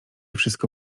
wszystko